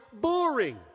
boring